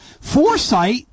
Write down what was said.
foresight